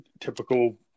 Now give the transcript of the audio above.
typical